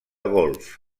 golf